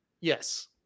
Yes